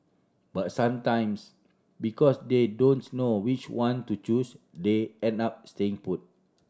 but sometimes because they don't know which one to choose they end up staying put